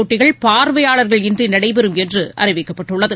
போட்டகள் பார்வையாளர்கள் இன்றி நடைபெறம் என்று அறிவிக்கப்பட்டுள்ளது